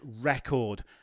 record